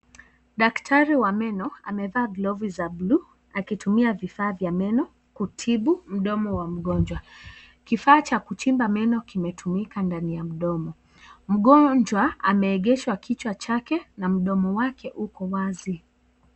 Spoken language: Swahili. Daktari wa meno amevaa glovu za bluu alitumia vifaa vya meno kutibu mdomo wa mgonjwa. Kifaa cha kuchimba meno kimetumika ndani ya mdomo. Mgonjwa ameegesha kichwa chake na mdomo uko wazi.